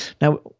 now